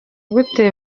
gute